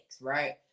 right